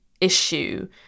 issue